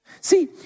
See